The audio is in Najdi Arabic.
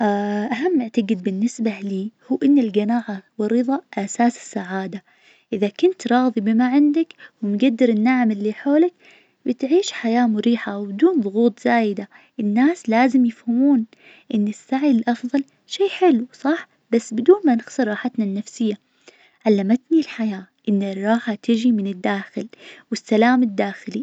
أهم معتقد بالنسبة لي هو إن القناعة والرضا أساس السعادة.إذا كنت راظي بما عندك ومقدر النعم اللي حولك بتعيش حياة مريحة وبدون ظغوط زايدة. الناس لازم يفهمون إن السعي للأفظل شي حلو صح بس بدون ما نخسر راحتنا النفسية. علمتني الحياة إن الراحة تجي من الداخل والسلام الداخلي.